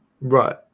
Right